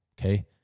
Okay